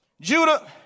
Judah